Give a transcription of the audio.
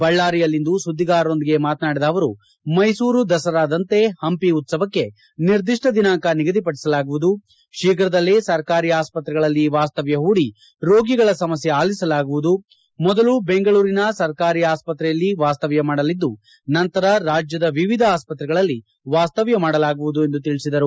ಬಳ್ಳಾರಿಯಲ್ಲಿಂದು ಸುದ್ದಿಗಾರರೊಂದಿಗೆ ಮಾತನಾಡಿದ ಅವರು ಮೈಸೂರು ದಸರಾದಂತೆ ಪಂಪಿ ಉತ್ಸವಕ್ಕೆ ನಿರ್ದಿಷ್ಟ ದಿನಾಂಕ ನಿಗದಿಪಡಿಸಲಾಗುವುದು ಶೀಘ್ರದಲ್ಲಿ ಸರ್ಕಾರಿ ಆಸ್ಪತ್ರೆಗಳಲ್ಲಿ ವಾಸ್ತವ್ಯ ಪೂಡಿ ರೋಗಿಗಳ ಸಮಸ್ತೆ ಆಲಿಸಲಾಗುವುದು ಮೊದಲು ಬೆಂಗಳೂರಿನ ಸರ್ಕಾರಿ ಆಸ್ತ್ರೆಯಲ್ಲಿ ವಾಸ್ತವ್ಯ ಮಾಡಲಿದ್ದು ನಂತರ ರಾಜ್ಯದ ವಿವಿಧ ಆಸ್ತ್ರೆಗಳಲ್ಲಿ ವಾಸ್ತವ್ಯ ಮಾಡಲಾಗುವುದು ಎಂದು ತಿಳಿಸಿದರು